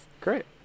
Great